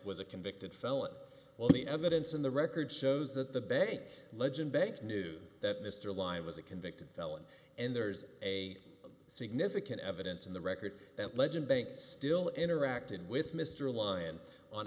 was a convicted felon well the evidence in the record shows that the bank legend bank knew that mr lyon was a convicted felon and there's a significant evidence in the record that legend bank still interacted with mr lyon on